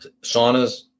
saunas